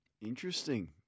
Interesting